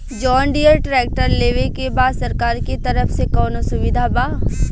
John Deere tractor लेवे के बा सरकार के तरफ से कौनो सुविधा बा?